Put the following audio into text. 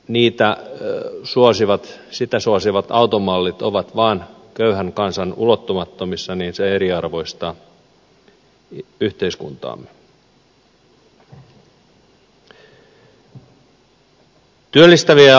mutta kun sitä suosivat automallit ovat vaan köyhän kansan ulottumattomissa niin se eriarvoistaa yhteiskuntaamme